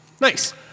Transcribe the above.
Nice